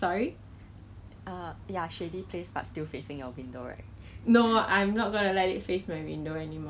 I got actually right my cheesecake is very different from other people [one] like special okay